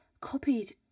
Copied